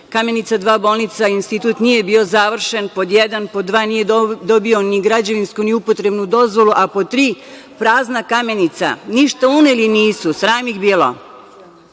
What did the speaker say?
prazno. Kamenica 2. bolnica, institut, nije bio završen, pod jedan. Pod 2, nije dobio ni građevinsku ni upotrebnu dozvolu, a pod tri, prazna Kamenica, ništa uneli nisu. Sram ih